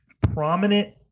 prominent